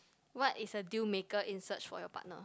what is a deal maker in search for your partner